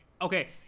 Okay